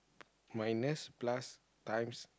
minus plus times